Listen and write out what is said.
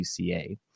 UCA